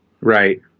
right